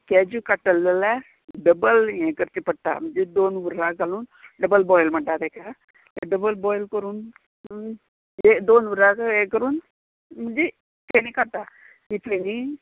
ते केजू काडटले जाल्यार डबल हें करचें पडटा म्हणजे दोन उर्राक घालून डबल बॉयल म्हणटा तेका डबल बॉयल करून हे दोन उर्राक हे करून म्हणजे फेणी काडटा इतलेनी